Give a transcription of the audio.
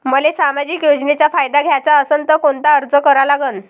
मले सामाजिक योजनेचा फायदा घ्याचा असन त कोनता अर्ज करा लागन?